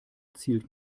zielt